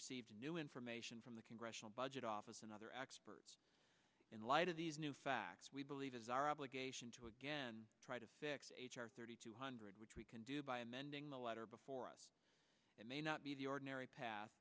received new information from the congressional budget office and other experts in light of these new facts we believe is our obligation to again try to thirty two hundred which we can do by amending the letter before us it may not be the ordinary path